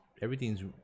everything's